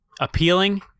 appealing